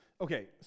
Okay